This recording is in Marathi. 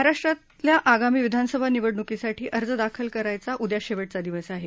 महाराष्ट्रातल्या आगामी विधानसभा निवडणूकीसाठी अर्ज दाखल करायचा उद्या शेवटचा दिवस आहे